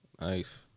Nice